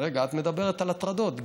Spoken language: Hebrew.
רגע, את מדברת על הטרדות.